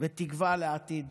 ותקווה לעתיד.